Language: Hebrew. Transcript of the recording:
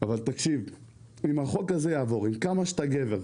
אם החוק הזה יעבור עם כמה שאתה גבר,